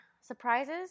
surprises